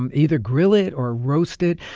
um either grill it or roast it.